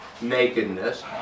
nakedness